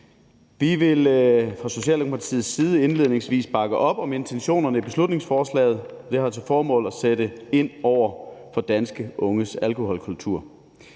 Vi vil fra Socialdemokratiets side indledningsvis bakke op om intentionerne i beslutningsforslaget. Det har til formål at sætte ind over for danske unges alkoholkultur.